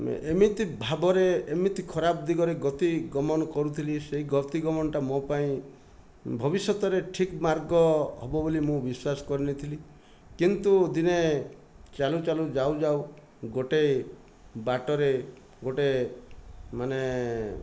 ଏମିତି ଭାବରେ ଏମିତି ଖରାପ ଦିଗରେ ଗତିଗମନ କରୁଥିଲି ସେହି ଗତିଗମନଟା ମୋ ପାଇଁ ଭବିଷ୍ୟତରେ ଠିକ ମାର୍ଗ ହେବ ବୋଲି ମୁଁ ବିଶ୍ୱାସ କରିନେଇଥିଲି କିନ୍ତୁ ଦିନେ ଚାଲୁ ଚାଲୁ ଯାଉ ଯାଉ ଗୋଟିଏ ବାଟରେ ଗୋଟିଏ ମାନେ